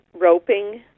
roping